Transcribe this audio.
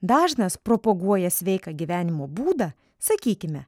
dažnas propoguoja sveiką gyvenimo būdą sakykime